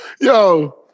Yo